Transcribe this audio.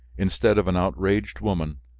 instead of an outraged woman,